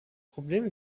probleme